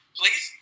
please